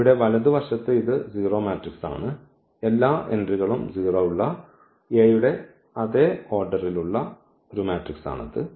ഇവിടെ വലതുവശത്ത് ഇത് 0 മാട്രിക്സ് ആണ് എല്ലാ എൻട്രികളും 0 ഉള്ള A യുടെ അതേ ഓർഡറിൽ ഉള്ള മാട്രിക്സ് ആണത്